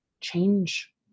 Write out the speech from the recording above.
change